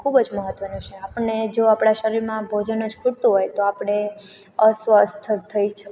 ખૂબ જ મહત્ત્વનું છે આપણને જો આપણા શરીરમાં ભોજન જ ખૂટતું હોય તો આપણે અસ્વસ્થ થઈ થઈ